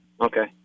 Okay